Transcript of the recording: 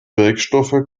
wirkstoffe